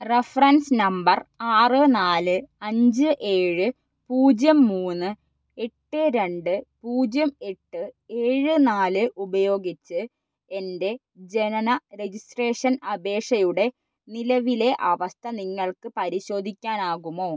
reference number ആറ് നാല് അഞ്ച് ഏഴ് പൂജ്യം മൂന്ന് എട്ട് രണ്ട് പൂജ്യം എട്ട് ഏഴ് നാല് ഉപയോഗിച്ചു എൻ്റെ ജനന രെജിസ്ട്രേഷൻ അപേഷയുടെ നിലവിലെ അവസ്ഥ നിങ്ങൾക്ക് പരിശോധിക്കാനാകുമോ